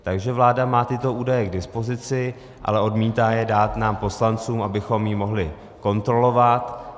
Takže vláda má tyto údaje k dispozici, ale odmítá je dát nám poslancům, abychom ji mohli kontrolovat.